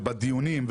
ובדיונים,